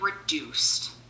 reduced